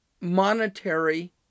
monetary